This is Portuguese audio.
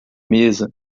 mesa